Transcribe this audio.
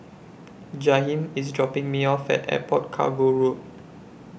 Jaheem IS dropping Me off At Airport Cargo Road